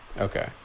okay